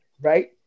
right